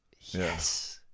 Yes